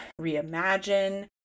reimagine